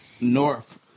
North